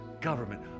government